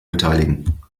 beteiligen